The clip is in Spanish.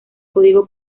código